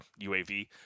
UAV